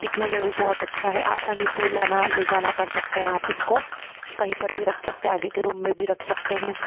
दिखने में भी बहुत अच्छा है आसानी से लाना ले जाना कर सकते हैं आप उसको कहीं पर भी रख सकते है आगे के रूम में भी रख सकते हैं